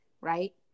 right